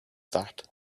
that